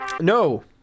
no